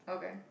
okay